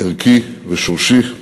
ערכי ושורשי,